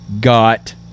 got